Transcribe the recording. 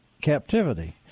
captivity